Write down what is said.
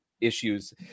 issues